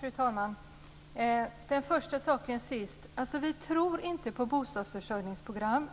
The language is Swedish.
Fru talman! Den första saken sist. Vi tror inte på statligt styrda bostadsförsörjningsprogram.